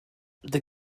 the